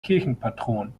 kirchenpatron